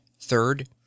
Third